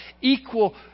equal